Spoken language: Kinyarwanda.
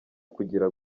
kugira